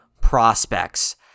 prospects